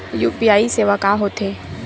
UPI सेवा का होथे?